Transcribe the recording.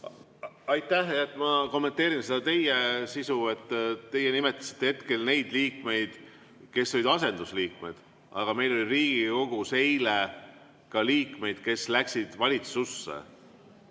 Aitäh! Ma kommenteerin seda teie sisu. Teie nimetasite hetkel neid liikmeid, kes olid asendusliikmed, aga meil oli Riigikogus eile ka liikmeid, kes läksid valitsusse.